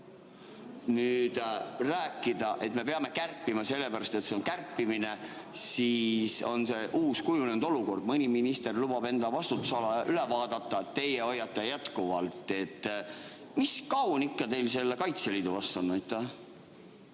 räägitakse, et me peame kärpima sellepärast, et see kärpimine on uus kujunenud olukord. Mõni minister lubab enda vastutusala üle vaadata, teie hoiate jätkuvalt ... Mis kaun teil ikka selle Kaitseliidu vastu on?